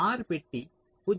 R பெட்டி 0